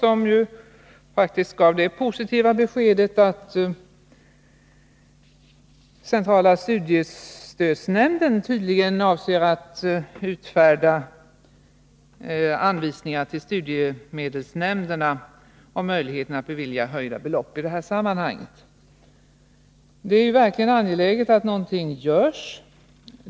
Därmed gavs faktiskt det positiva beskedet att centrala studiestödsnämnden tydligen avser att utfärda anvisningar till studiemedelsnämnderna om möjligheterna att bevilja höjda belopp i det här sammanhanget. Det är verkligen angeläget att någonting görs.